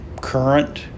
current